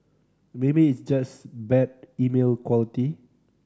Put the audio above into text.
maybe it's just bad email quality